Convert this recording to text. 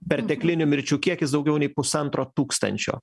perteklinių mirčių kiekis daugiau nei pusantro tūkstančio